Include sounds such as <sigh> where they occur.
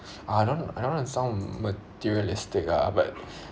<breath> I don't want I don't wanna sound materialistic ah but <breath>